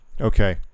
Okay